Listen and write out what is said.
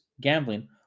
gambling